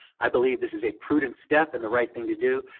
i believe this is a prudent step in the right thing to do.